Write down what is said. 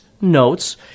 notes